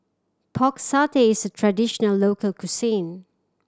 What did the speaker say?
Pork Satay is a traditional local cuisine